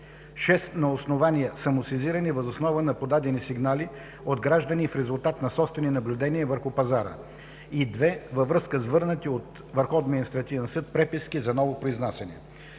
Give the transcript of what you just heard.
6 – на основание самосезиране въз основа на подадени сигнали от граждани и в резултат на собствени наблюдения върху пазара, и 2 – във връзка с върнати от Върховния административен съд преписки за ново произнасяне.